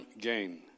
gain